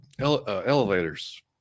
elevators